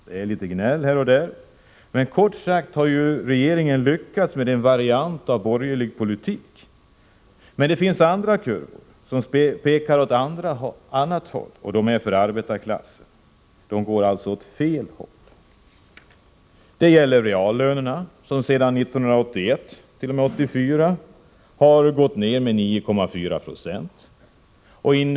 Det är litet gnäll här och där, men kort sagt har ju regeringen lyckats med en variant av borgerlig politik. Men det finns andra kurvor som pekar åt annat håll. De kurvorna är för arbetarklassen, och de går åt fel håll. Det gäller reallönerna, som sedan 1981 t.o.m. 1984 har gått ned med 9,4 20.